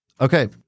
Okay